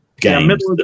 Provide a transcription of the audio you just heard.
games